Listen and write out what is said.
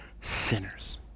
sinners